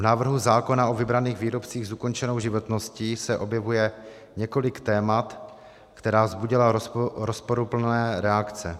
V návrhu zákona o vybraných výrobcích s ukončenou životností se objevuje několik témat, která vzbudila rozporuplné reakce.